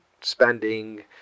spending